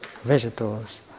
vegetables